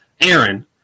Aaron